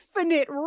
infinite